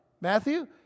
Matthew